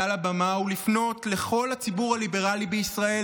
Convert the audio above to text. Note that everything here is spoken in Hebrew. הבמה ולפנות לכל הציבור הליברלי בישראל,